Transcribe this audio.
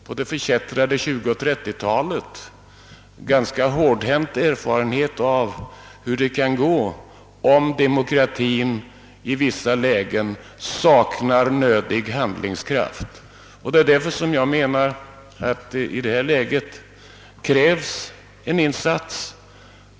På de förkättrade 20 och 30-talen fick vi en ganska hårdhänt erfarenhet av hur det kan gå, om demokratin i vissa lägen saknar nödig handlingskraft. Därför krävs i detta läge en insats.